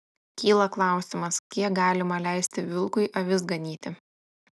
kyla klausimas kiek galima leisti vilkui avis ganyti